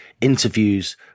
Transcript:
interviews